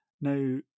now